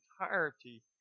entirety